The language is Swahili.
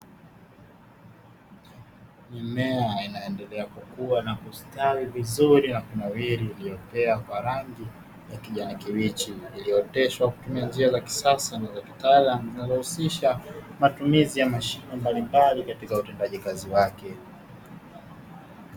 Mimea inaendelea kukua na kustawi vizuri na kunawiri iliyopea kwa rangi ya kijani kibichi, iliyooteshwa kwa kutumia njia za kisasa na za kitaalamu zinazohusisha matumizi ya mashine mbalimbali katika utendaji kazi wake.